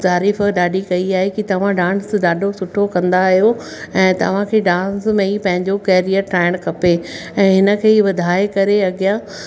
तारीफ़ ॾाढी कई आहे ई कि तव्हां डांस ॾाढो सुठो कंदा आहियो ऐं तव्हांखे डांस में ई पंहिंजो केरियर ठाहिण खपे ऐं हिन खे ई वधाए करे अॻियां